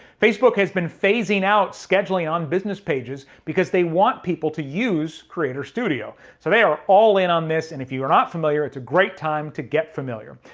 facebook has been phasing out scheduling on business pages because they want people to use creator studio so they are all in on this and if you are not familiar, it's a great time to get familiar.